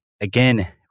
again